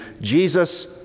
Jesus